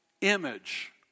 image